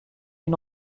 une